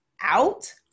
out